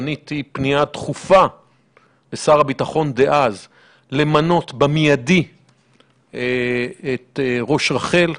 פניתי בפנייה דחופה לשר הביטחון דאז למנות במיידי ראש רח"ל.